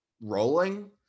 rolling